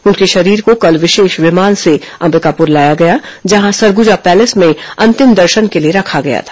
उनके शरीर को कल विशेष विमान से अंबिकापुर लाया गया जहां सरगुजा पैलेस में अंतिम दर्शन के लिए रखा गया था